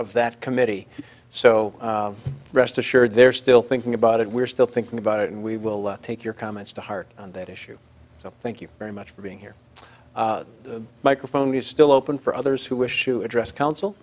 of that committee so rest assured they're still thinking about it we're still thinking about it and we will take your comments to heart on that issue so thank you very much for being here the microphone is still open for others who wish to address coun